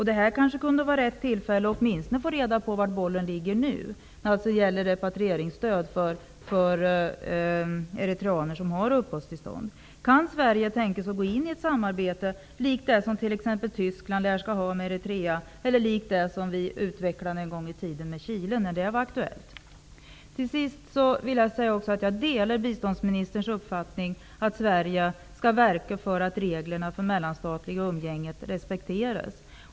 Det här kunde vara rätt tillfälle att åtminstone få reda på var bollen ligger nu när det gäller repatrieringsstöd för eritreaner som har uppehållstillstånd. Kan Sverige tänkas gå in i ett samarbete, likt det som t.ex. Tyskland lär ha med Eritrea eller likt det som vi en gång i tiden utvecklade med Chile när det var aktuellt? Till sist: Jag delar biståndsministerns uppfattning att Sverige skall verka för att reglerna för det mellanstatliga umgänget respekteras.